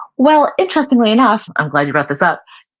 well, interestingly enough, i'm glad you brought this up,